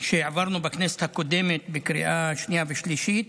שהעברנו בכנסת הקודמת בקריאה שנייה ושלישית,